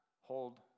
hold